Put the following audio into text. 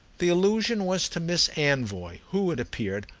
the allusion was to miss anvoy, who, it appeared,